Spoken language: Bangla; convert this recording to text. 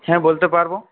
হ্যাঁ বলতে পারব